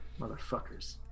Motherfuckers